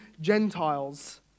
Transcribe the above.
Gentiles